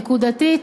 נקודתית,